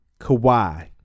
Kawhi